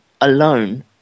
alone